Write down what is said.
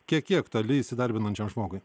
kiek kiek toli įsidarbinančiam žmogui